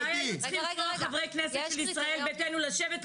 אולי צריכים כל חברי הכנסת של ישראל ביתנו לשבת,